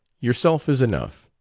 yourself is enough.